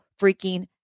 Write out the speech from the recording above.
freaking